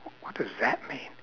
what does that mean